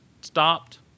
stopped